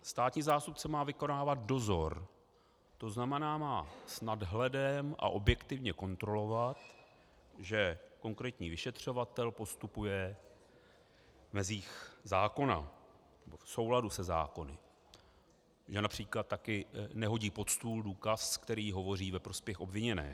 Státní zástupce má vykonávat dozor, to znamená, má s nadhledem a objektivně kontrolovat, že konkrétní vyšetřovatel postupuje v mezích zákona, v souladu se zákonem, že například taky nehodí pod stůl důkaz, který hovoří ve prospěch obviněného.